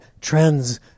trends